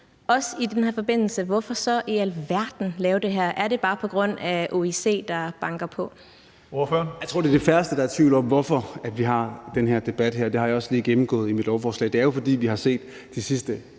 Hvorfor så i alverden lave det her? Er det bare på, grund af at OIC banker på?